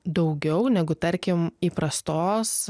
daugiau negu tarkim įprastos